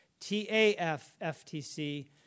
TAF-FTC